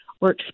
work